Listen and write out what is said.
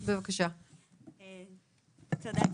כאמור,